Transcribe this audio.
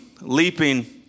leaping